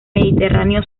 mediterráneo